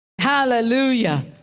Hallelujah